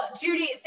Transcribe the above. Judy